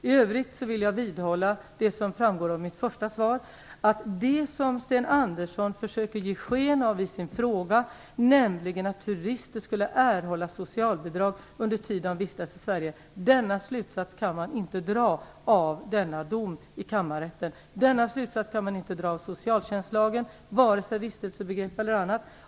I övrigt vidhåller jag vad som framgår av mitt svar, nämligen att det som Sten Andersson försöker ge sken av i sin fråga - att turister skulle erhålla socialbidrag under den tid de vistas i Sverige - inte är en slutsats som kan dras av kammarättens dom. Den slutsatsen kan man heller inte dra av socialtjänstlagen, oavsett vistelsebegrepp eller annat.